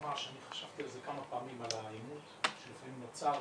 לומר שאני חשבתי כמה פעמים על האלימות שלפעמים נוצרת